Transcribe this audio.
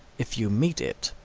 if you meet it.